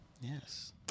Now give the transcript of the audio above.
Yes